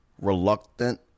reluctant